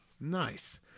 Nice